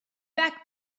back